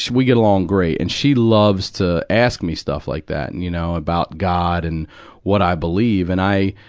we get along great, and she loves to ask me stuff like that and, you know, about god and what i believe. and i,